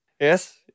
Yes